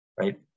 right